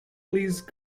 please